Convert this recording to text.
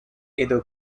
edo